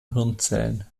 hirnzellen